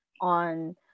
on